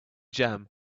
jam